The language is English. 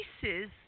pieces